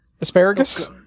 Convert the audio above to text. Asparagus